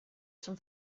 zum